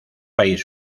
país